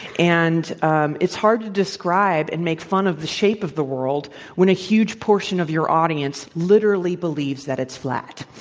and um it's hard to describe and make fun of the shape of the world when a huge portion of your audience literally believes that it's flat.